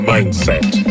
Mindset